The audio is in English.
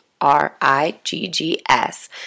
r-i-g-g-s